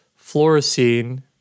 fluorescein